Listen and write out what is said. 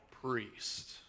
priest